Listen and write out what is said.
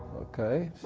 okay